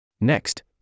Next